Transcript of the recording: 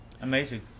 amazing